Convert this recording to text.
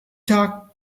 talk